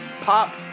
Pop